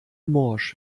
morsch